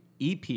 ep